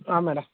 ஆ madam